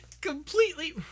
Completely